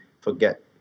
forget